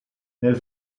nel